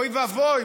אוי ואבוי,